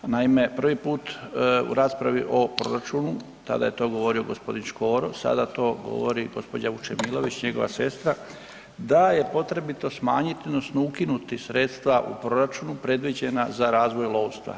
Naime, prvi put u raspravi o proračunu, tada je to govorio gospodin Škoro, sada to govori gospođa Vučemilović, njegova sestra da je potrebito smanjiti odnosno ukinuti sredstva u proračunu predviđena za razvoj lovstva.